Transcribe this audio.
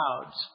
clouds